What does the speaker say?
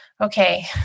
okay